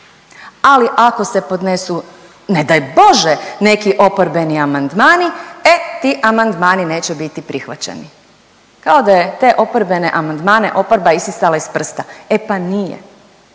ali ako se podnesu, ne daj Bože neki oporbeni amandmani, e ti amandmani neće biti prihvaćeni. Kao da je te oporbene amandmane oporba isisala iz prsta, e pa nije.